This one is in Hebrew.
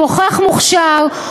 פוחח מוכשר,